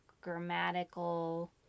grammatical